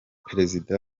perezida